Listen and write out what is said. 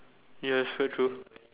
yes quite true